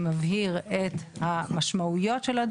מבין כל האפשרויות.